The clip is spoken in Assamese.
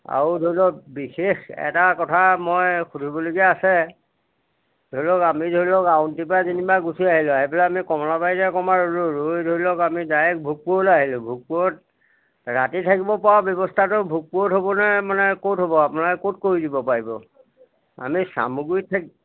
আৰু ধৰি লওক বিশেষ এটা কথা মই সুধিবলগীয়া আছে ধৰি লওক আমি ধৰি লওক আউনীআটীৰ পৰা যেনিবা গুচি আহিলোঁ আহি পেলাই আমি কমলাবাৰীতে ধৰি লওক আমি ডাইৰেক্ট ভোগপুৰলৈ আহিলোঁ ভোগপুৰত ৰাতি থাকিব পৰা ব্যৱস্থাটো ভোগপুৰত হ'বনে মানে ক'ত হ'ব আপোনালোকে ক'ত কৰি দিব পাৰিব আমি চামগুৰীত থাক